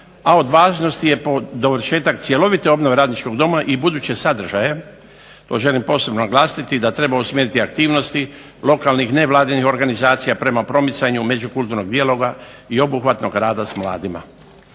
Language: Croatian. a od važnosti je dovršetak cjelovite obnove Radničkog doma i buduće sadržaje to želim posebno naglasiti da treba usmjeriti aktivnosti lokalnih, nevladinih organizacija prema promicanju međukulturnog dijaloga i obuhvatnog rada s mladima.